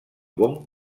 bon